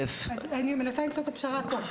אני מנסה למצוא את הפשרה פה.